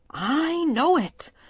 i know it.